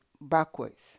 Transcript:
backwards